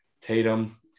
Tatum